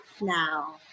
now